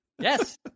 Yes